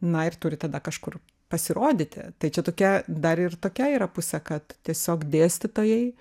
na ir turi tada kažkur pasirodyti tai čia tokia dar ir tokia yra pusė kad tiesiog dėstytojai